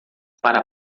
para